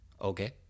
Okay